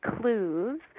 clues